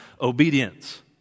obedience